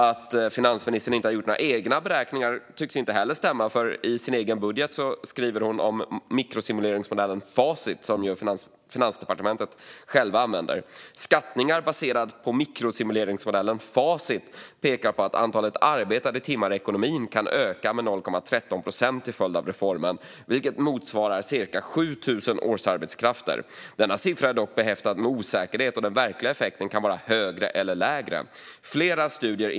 Att finansministern inte har gjort några egna beräkningar tycks inte stämma. I hennes egen budget skriver hon nämligen om mikrosimuleringsmodellen Fasit, som Finansdepartementet självt använder: "Skattningar baserade på mikrosimuleringsmodellen FASIT pekar på att antalet arbetade timmar i ekonomin kan öka med 0,13 procent till följd av reformen, vilket motsvarar ca 7 000 årsarbetskrafter; denna siffra är dock behäftad med osäkerhet och den verkliga effekten kan vara högre eller lägre. Flera studier .